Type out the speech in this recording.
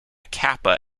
kappa